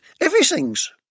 everythings